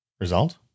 Result